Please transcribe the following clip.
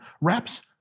reps